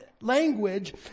language